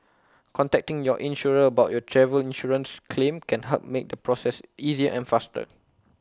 contacting your insurer about your travel insurance claim can help make the process easier and faster